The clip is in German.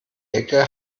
ecke